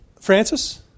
Francis